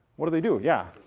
what do they do? yeah?